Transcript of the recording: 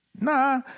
Nah